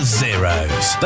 zeros